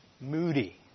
moody